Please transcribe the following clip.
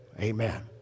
amen